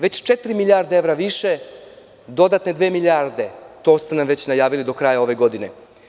Već četiri milijarde evra više i dodatne dve milijarde, to ste nam već najavili, do kraja ove godine.